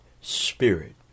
spirit